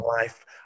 life